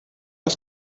ist